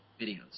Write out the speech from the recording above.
videos